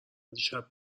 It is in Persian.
دیشب